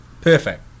perfect